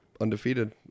Undefeated